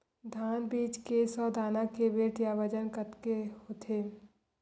धान बीज के सौ दाना के वेट या बजन कतके होथे?